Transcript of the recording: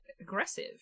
aggressive